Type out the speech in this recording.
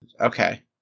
Okay